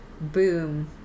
boom